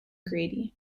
grady